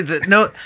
No